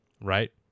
Right